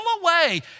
away